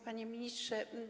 Panie Ministrze!